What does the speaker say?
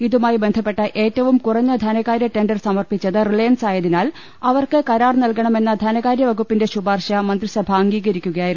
ഇതുമായി ബന്ധപ്പെട്ട ഏറ്റവും കുറഞ്ഞ ധനകാര്യ ടെൻഡർ സമർപ്പിച്ചത് റിലയൻസായതിനാൽ അവർക്ക് കരാർ നൽകണമെന്ന ധനകാര്യ വകുപ്പിന്റെ ശുപാർശ മന്ത്രിസഭ അംഗീ കരിക്കുകയായിരുന്നു